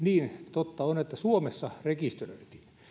on että suomessa rekisteröitiin